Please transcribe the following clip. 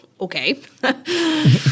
okay